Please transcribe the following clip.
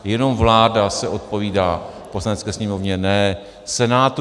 Jenom vláda se odpovídá Poslanecké sněmovně, ne Senátu.